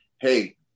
Hey